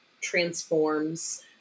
transforms